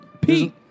Pete